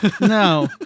No